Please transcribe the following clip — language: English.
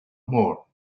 more